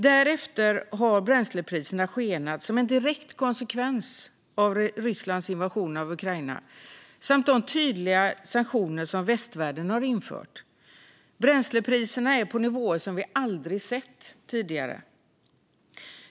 Därefter har bränslepriserna skenat som en direkt konsekvens av Rysslands invasion av Ukraina och de tydliga sanktioner som västvärlden har infört. Bränslepriserna är på nivåer som vi aldrig sett tidigare.